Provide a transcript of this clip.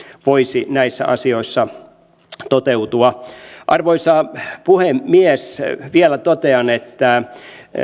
voisi näissä asioissa toteutua arvoisa puhemies vielä totean että